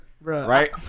right